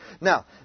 now